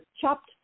chopped